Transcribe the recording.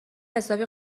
حسابی